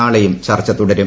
നാളെയും ചർച്ച തുടരും